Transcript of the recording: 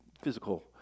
physical